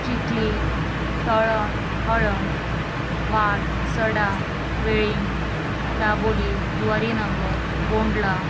चिकली तळण हळण वाड सडा वेळींग दाबोली जुवारीनगर बोंडला